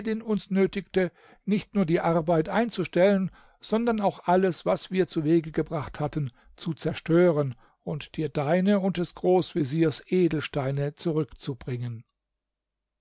uns nötigte nicht nur die arbeit einzustellen sondern auch alles was wir zuwege gebracht hatten zu zerstören und dir deine und des großveziers edelsteine zurückzubringen